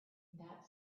that